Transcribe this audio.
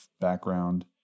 background